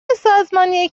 سازمانی